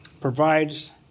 provides